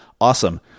Awesome